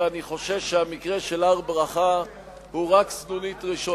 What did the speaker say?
ואני חושש שהמקרה של הר-ברכה הוא רק סנונית ראשונה.